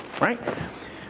right